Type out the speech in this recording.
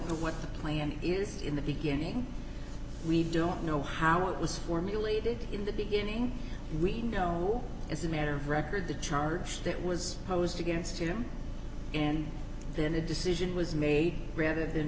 know what the plan is in the beginning we don't know how it was formulated in the beginning we know as a matter of record the charter that was posed against him and then a decision was made rather than